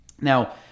now